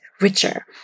richer